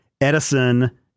Edison